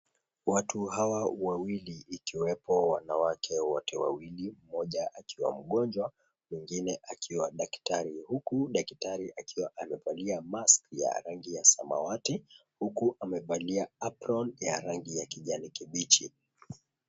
Watu hawa wawili ikiwepo wanawake, wote wawili mmoja akiwa mgonjwa mwingine akiwa daktari, huku daktari akiwa amevalia mask ya rangi ya samawati huku amevalia apron ya rangi ya kijani kibichi.